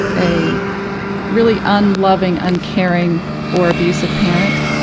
a really unloving, uncaring or abusive parent,